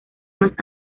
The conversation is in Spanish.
más